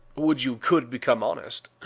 would you could become honest!